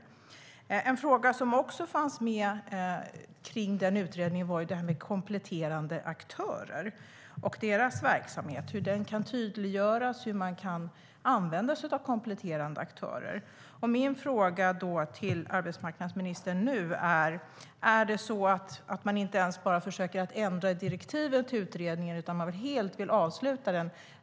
En annan fråga som fanns med när det gäller den utredningen rör kompletterande aktörer och deras verksamhet. Hur kan den tydliggöras? Hur kan man använda sig av kompletterande aktörer? Jag har en fråga till arbetsmarknadsministern. Man försöker inte bara ändra i direktiven till utredningen, utan man vill helt avsluta den.